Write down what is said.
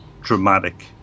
dramatic